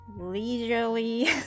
leisurely